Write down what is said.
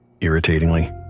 Irritatingly